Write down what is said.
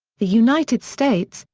the united states,